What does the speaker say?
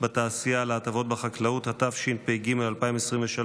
בתעשייה להטבות בחקלאות), התשפ"ג 2023,